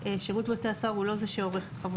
שירות בתי הסוהר הוא לא זה שעורך את חוות הדעת.